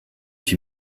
ich